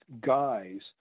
guys